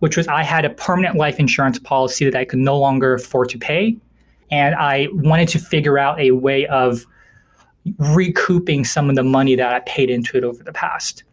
which was i had a permanent life insurance policy that i could no longer afford to pay and i wanted to figure out a way of recouping some of the money that i paid into it over the past